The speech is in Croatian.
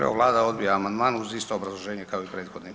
Evo vlada odbija amandman uz isto obrazloženje kao i prethodni.